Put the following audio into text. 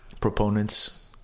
proponents